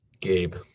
Gabe